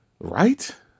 right